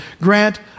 Grant